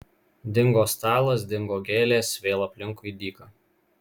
dingo stalas dingo gėlės vėl aplinkui dyka